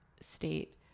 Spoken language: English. state